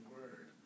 Word